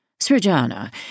Srijana